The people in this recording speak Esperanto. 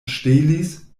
ŝtelis